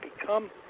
become